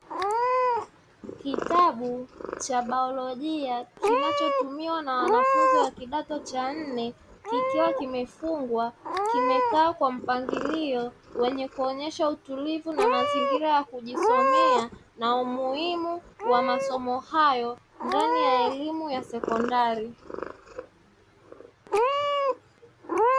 Kitabu cha baolojia kinachotumiwa na wanafunzi wa kidato cha nne, kikiwa kimefungwa kimekaa kwa mpangilio wenye kuonyesha utulivu na mazingira ya kujisomea na umuhimu wa masomo hayo ndani ya elimu ya sekondari.